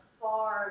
far